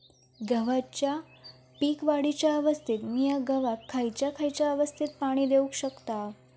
गव्हाच्या पीक वाढीच्या अवस्थेत मिया गव्हाक खैयचा खैयचा अवस्थेत पाणी देउक शकताव?